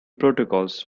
protocols